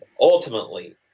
ultimately